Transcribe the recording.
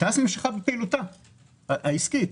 תע"ש ממשיכה בפעילותה העסקית.